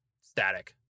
Static